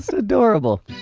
ah adorable.